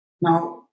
Now